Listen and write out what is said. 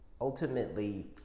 ultimately